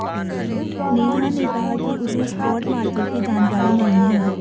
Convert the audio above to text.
नेहा ने कहा कि उसे स्पॉट मार्केट की जानकारी नहीं है